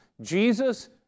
Jesus